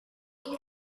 elle